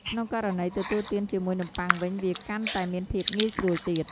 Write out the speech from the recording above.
ក្នុងករណីទទួលទានជាមួយនំបុ័ងវិញ វាកាន់តែមានភាពងាយស្រួលទៀត។